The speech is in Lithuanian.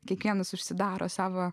kiekvienas užsidaro savo